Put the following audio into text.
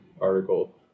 article